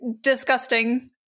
disgusting